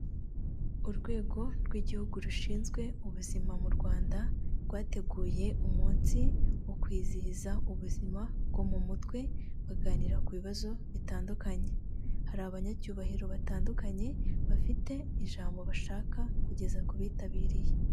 Urwego rw'igihugu rushinzwe ubuzima mu Rwanda rwateguye umunsi wo kwizihiza ubuzima bwo mu mutwe baganira ku bibazo bitandukanye, hari abanyacyubahiro batandukanye bafite ijambo bashaka kugeza ku bitabiriye.